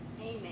Amen